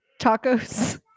tacos